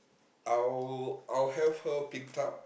I'll I'll have her pick up